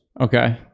Okay